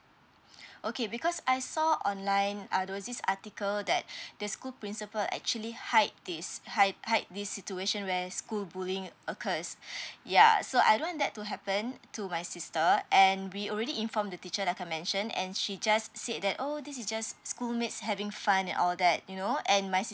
okay because I saw online are those this article that the school principal actually hide this hide hide this situation where school bullying occurred ya so I don't want that to happen to my sister and we already inform the teacher recommendation and she just said that oh this is just schoolmates having fun and all that you know and my